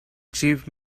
chief